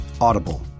Audible